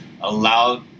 allow